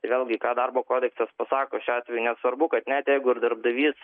vėlgi ką darbo kodeksas pasako šiuo atveju nesvarbu kad net jeigu ir darbdavys